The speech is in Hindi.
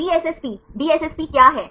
DSSP DSSP क्या है